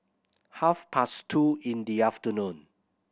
half past two in the afternoon